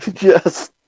Yes